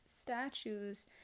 statues